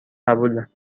قبوله